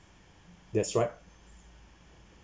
that's right